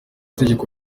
itegeko